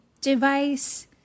device